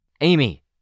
Amy